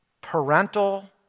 parental